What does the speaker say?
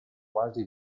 quasi